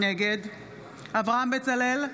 נגד אברהם בצלאל,